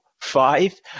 five